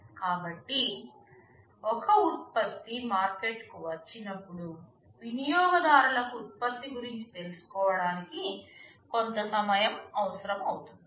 కాబట్టి ఒక ఉత్పత్తి మార్కెట్కు వచ్చినప్పుడు వినియోగదారులకు ఉత్పత్తి గురించి తెలుసుకోవడానికి కొంత సమయం అవసరం అవుతుంది